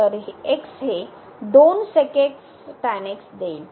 तर देईल